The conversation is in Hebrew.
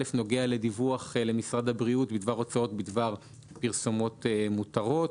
נוגע לדיווח למשרד הבריאות בדבר הוצאות בדבר פרסומות מותרות,